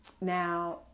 Now